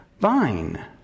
vine